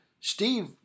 Steve